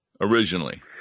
originally